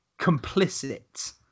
complicit